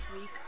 week